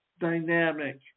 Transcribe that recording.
dynamic